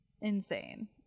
insane